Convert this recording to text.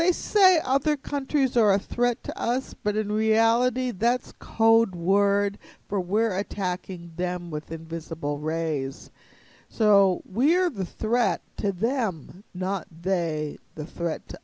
they say other countries are a threat to us but in reality that's code word for we're attacking them with invisible rays so we're the threat to them not they the for at